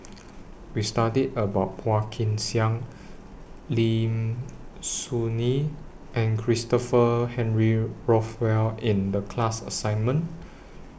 We studied about Phua Kin Siang Lim Soo Ngee and Christopher Henry Rothwell in The class assignment